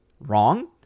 wrong